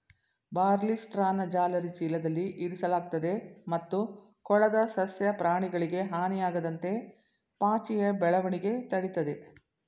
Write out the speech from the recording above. ಬಾರ್ಲಿಸ್ಟ್ರಾನ ಜಾಲರಿ ಚೀಲದಲ್ಲಿ ಇರಿಸಲಾಗ್ತದೆ ಮತ್ತು ಕೊಳದ ಸಸ್ಯ ಪ್ರಾಣಿಗಳಿಗೆ ಹಾನಿಯಾಗದಂತೆ ಪಾಚಿಯ ಬೆಳವಣಿಗೆ ತಡಿತದೆ